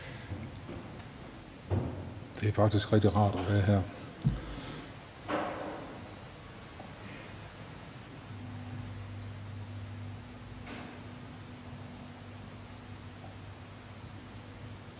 det er faktisk rigtig rart at være her.